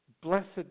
blessed